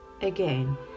Again